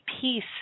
peace